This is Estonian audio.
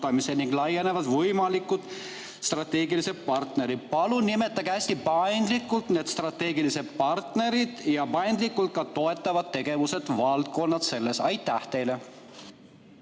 ning laienevad võimalikud strateegilised partnerid. Palun nimetage hästi paindlikult need strateegilised partnerid ja paindlikult ka toetatavad tegevused ja valdkonnad. Aitäh,